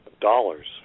dollars